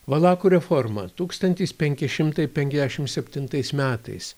valakų reforma tūkstantis penki šimtai penkiasdešim septintais metais